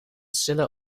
stille